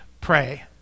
pray